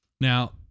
Now